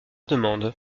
demande